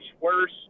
worse